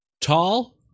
Tall